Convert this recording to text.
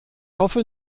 hoffe